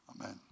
Amen